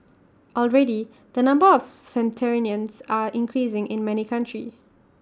already the number of centenarians are increasing in many countries